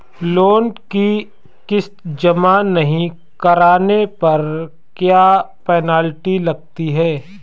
Loan की किश्त जमा नहीं कराने पर क्या पेनल्टी लगती है?